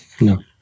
No